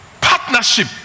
partnership